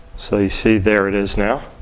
so you see there it is now.